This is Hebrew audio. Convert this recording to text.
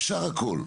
אפשר הכל.